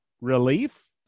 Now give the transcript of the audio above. relief